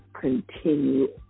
continue